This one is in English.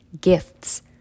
gifts